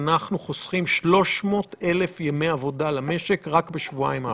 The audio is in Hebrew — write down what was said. אנחנו חוסכים 300,000 ימי עבודה למשק בשבועיים.